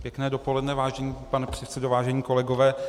Pěkné dopoledne, vážený pane předsedo, vážení kolegové.